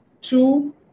two